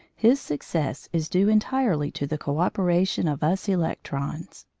his success is due entirely to the co-operation of us electrons.